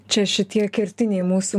čia šitie kertiniai mūsų